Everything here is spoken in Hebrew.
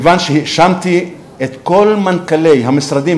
מכיוון שהאשמתי את כל מנכ"לי המשרדים